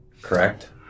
correct